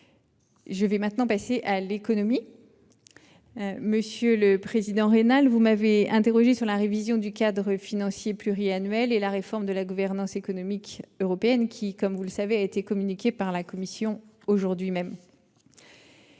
de la France. Venons-en à l'économie. Monsieur le sénateur Raynal, vous m'avez interrogé sur la révision du cadre financier pluriannuel et la réforme de la gouvernance économique européenne, dont le contenu, comme vous le savez, a été communiqué par la Commission européenne aujourd'hui même.